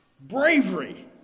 bravery